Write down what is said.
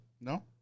No